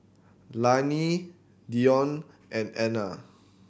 Lanie Deion and Ana